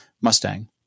Mustang